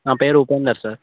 నా పేరు ఉపేందర్ సార్